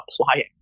applying